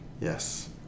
yes